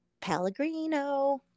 Pellegrino